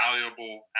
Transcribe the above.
valuable